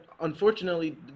unfortunately